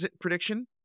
prediction